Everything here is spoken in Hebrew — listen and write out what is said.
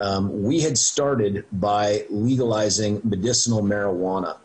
התחלנו בלגליזציה של מריחואנה רפואית.